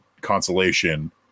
consolation